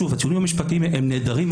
שוב הטיעונים המשפטיים הם נהדרים,